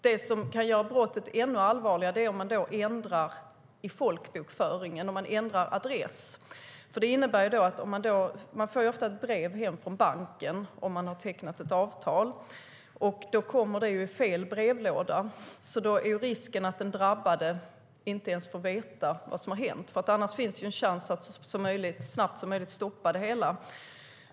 Det som kan göra brottet ännu allvarligare är att man ändrar uppgifter i folkbokföringen, ändrar adress. Om man tecknat ett avtal får man ofta ett brev hem från banken, men då hamnar det i fel brevlåda. Risken finns att den drabbade inte ens får veta vad som har hänt. Annars finns chansen att så snabbt som möjligt stoppa det hela.